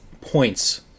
points